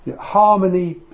Harmony